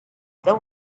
that